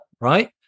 right